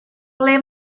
ble